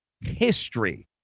history